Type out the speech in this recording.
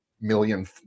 million